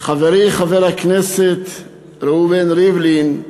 חברי חבר הכנסת ראובן ריבלין,